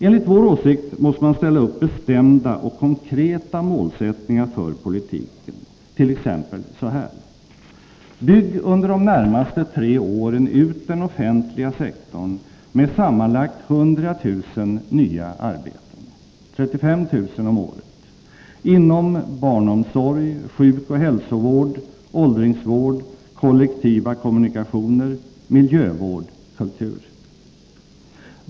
Enligt vår åsikt måste man ställa upp 19 oktober 1983 bestämda och konkreta målsättningar för politiken, t.ex. så här: Bygg under de närmaste tre åren ut den offentliga sektorn med sammanlagt 100 000 nya Allmänpolitisk arbeten — 35 000 om året — inom barnomsorg, sjukoch hälsovård, debatt åldringsvård, kollektiva kommunikationer, miljövård och kultur.